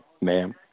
Ma'am